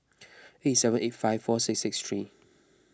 eight seven eight five four six six three